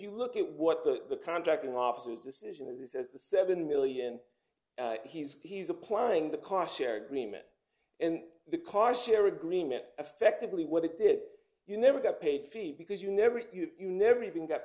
you look at what the contracting officers decision this is the seven million he's he's applying the car sharing agreement and the car share agreement effectively what it did you never got paid fifty because you never you never even got